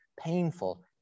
painful